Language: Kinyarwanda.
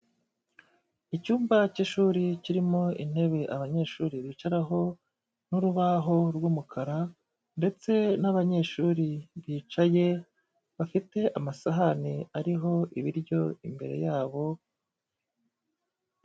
Icyumba cy'ishuri, kirimo intebe abanyeshuri bicaraho n'urubaho rw'umukara, ndetse n'abanyeshuri bicaye bafite amasahani ariho ibiryo imbere yabo.